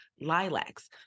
Lilacs